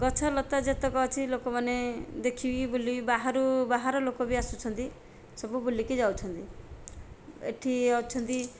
ଗଛଲତା ଯେତେକ ଅଛି ଲୋକମାନେ ଦେଖିକି ବୁଲିକି ବାହାରୁ ବାହାର ଲୋକ ବି ଆସୁଛନ୍ତି ସବୁ ବୁଲିକି ଯାଉଛନ୍ତି ଏଠି ଅଛନ୍ତି